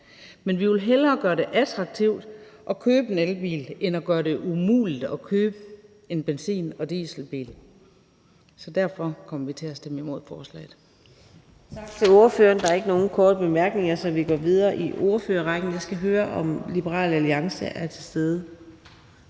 men vi vil hellere gøre det attraktivt at købe en elbil end at gøre det umuligt at købe en benzin- eller dieselbil. Så derfor kommer vi til at stemme imod forslaget.